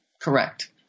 Correct